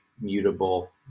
mutable